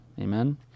Amen